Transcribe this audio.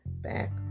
Back